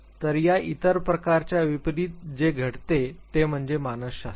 तर या इतर प्रकारच्या विपरीत जे घडते ते म्हणजे मानसशास्त्र